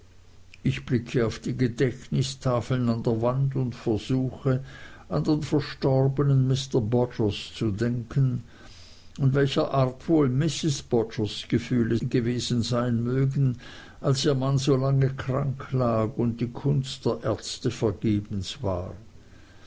ich blicke auf die gedächtnistafeln an der wand und versuche an den verstorbenen mr bodgers zu denken und welcher art wohl mrs bodgers gefühle gewesen sein mögen als ihr mann solange krank lag und die kunst der ärzte vergebens war